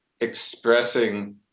expressing